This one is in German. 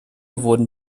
wurden